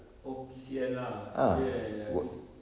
oh P_C_N lah ya ya ya ya it